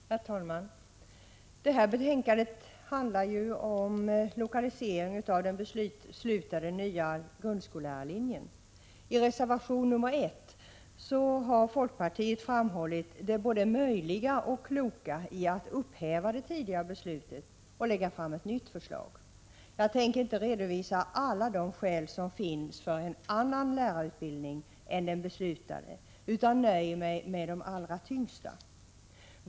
Herr talman! I utbildningsutskottets betänkande 27 behandlas lokaliseringen av den beslutade nya grundskollärarlinjen. I reservation nr 2 har folkpartiet framhållit att det är både möjligt och klokt att upphäva det tidigare beslutet och lägga fram ett nytt förslag. Jag tänker inte redovisa alla de skäl som finns för en annan lärarutbildning än den beslutade, utan nöjer mig med de allra tyngsta.